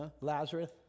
Lazarus